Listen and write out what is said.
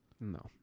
No